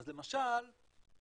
אז למשל הטכנולוגיה